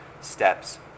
Steps